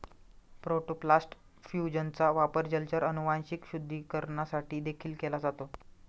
protoplast फ्यूजनचा वापर जलचर अनुवांशिक शुद्धीकरणासाठी देखील केला जातो